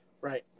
Right